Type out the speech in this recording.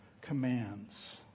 commands